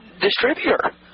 distributor